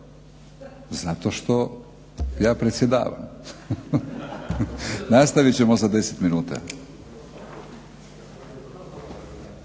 Zato što ja predsjedavam. Nastavit ćemo za 10 minuta.